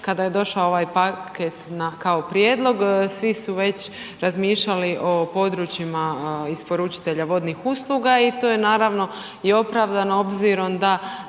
kada je došao ovaj paket kao prijedlog, svi su već razmišljali o područjima isporučitelja vodnih usluga i to je naravno i opravdano obzirom da